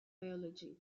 biology